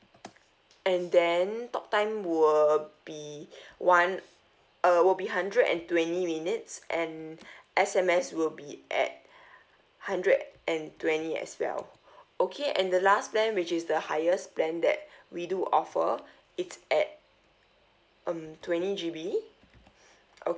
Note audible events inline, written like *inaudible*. and then talk time will be *breath* one uh will be hundred and twenty minutes and *breath* S_M_S will be at *breath* hundred and twenty as well *breath* okay and the last plan which is the highest plan that *breath* we do offer *breath* it's at um twenty G_B *noise*